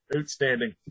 Outstanding